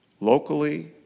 locally